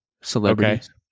celebrities